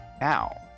now